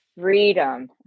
freedom